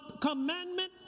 commandment